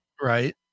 Right